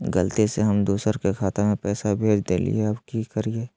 गलती से हम दुसर के खाता में पैसा भेज देलियेई, अब की करियई?